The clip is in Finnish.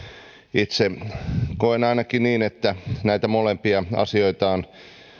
itse koen ainakin niin että näitä molempia asioita on